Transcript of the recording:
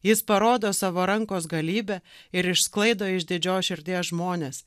jis parodo savo rankos galybę ir išsklaido išdidžios širdies žmones